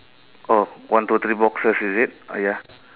oh one two three boxes is it ah ya